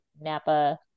Napa